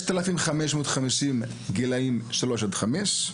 6,550 בגיל הרך, שלוש עד חמש.